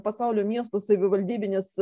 pasaulio miestų savivaldybėmis